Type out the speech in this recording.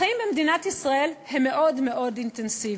החיים במדינת ישראל הם מאוד מאוד אינטנסיביים,